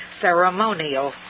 Ceremonial